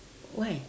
why